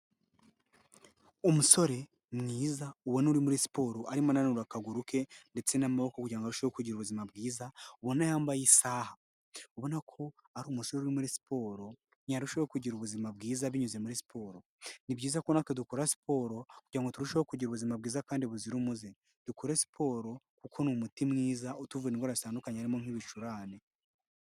Umusore mwiza ubona uri muri siporo, arimo ananura akaguru ke ndetse n'amaboko, kugira ngo abashe kugira ubuzima bwiza. Ubona yambaye isaha ubona ko ari umusore uri muri siporo, yarushaho kugira ubuzima bwiza binyuze muri siporo. Ni byiza ko natwe dukora siporo kugira ngo turusheho kugira ubuzima bwiza kandi buzira umuze. Dukore siporo kuko ni umuti mwiza utuvura indwara zitandukanye harimo nk'ibicurane.